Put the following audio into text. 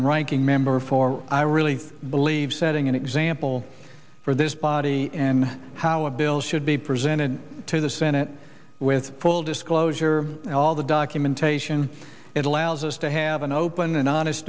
and ranking member for i really believe setting an example for this body and how a bill should be presented to the senate with full disclosure all the documentation it allows us to have an open and honest